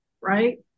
Right